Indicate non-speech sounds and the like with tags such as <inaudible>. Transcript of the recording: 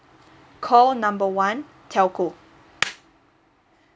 call number one telco <noise>